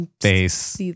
face